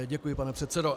Děkuji, pane předsedo.